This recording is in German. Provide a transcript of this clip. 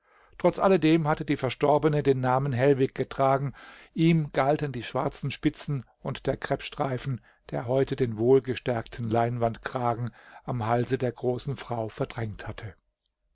trotz alledem hatte die verstorbene den namen hellwig getragen ihm galten die schwarzen spitzen und der kreppstreifen der heute den wohlgestärkten leinwandkragen am halse der großen frau verdrängt hatte